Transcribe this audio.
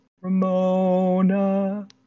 Ramona